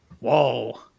Whoa